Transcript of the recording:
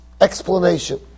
explanation